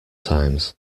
times